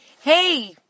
hey